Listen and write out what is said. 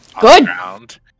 Good